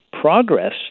progress